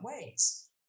ways